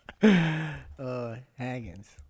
Haggins